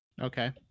Okay